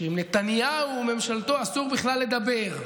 שעם נתניהו ועם ממשלתו אסור בכלל לדבר,